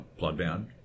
Bloodbound